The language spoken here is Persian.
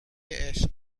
عشق